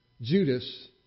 Judas